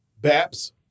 Baps